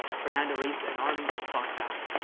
fernando raised an army and fought back.